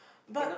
but